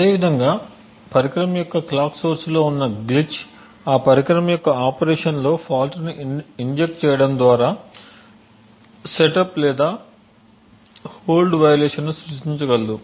అదేవిధంగా పరికరం యొక్క క్లాక్ సోర్స్లో ఉన్న గ్లిచ్ ఆ పరికరం యొక్క ఆపరేషన్లో ఫాల్ట్ని ఇంజెక్ట్ చేయటం ద్వారా సెటప్ లేదా హోల్డ్ వయలేషన్ను సృష్టించగలదు